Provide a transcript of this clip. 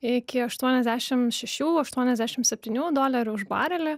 iki aštuoniasdešim šešių aštuoniasdešim septynių dolerių už barelį